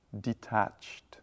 detached